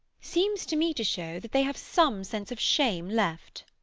seems to me to show that they have some sense of shame left.